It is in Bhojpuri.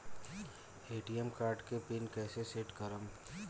ए.टी.एम कार्ड के पिन कैसे सेट करम?